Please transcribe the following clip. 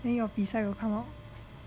then your bi sai will come out